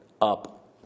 up